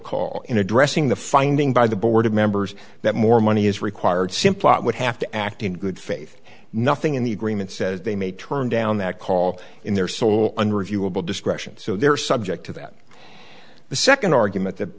call in addressing the finding by the board members that more money is required simplot would have to act in good faith nothing in the agreement says they may turn down that call in their sole unreviewable discretion so they're subject to that the second argument that